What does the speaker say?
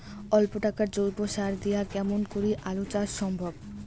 অল্প টাকার জৈব সার দিয়া কেমন করি আলু চাষ সম্ভব?